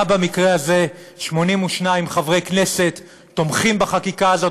גם במקרה הזה 82 חברי כנסת תומכים בחקיקה הזאת.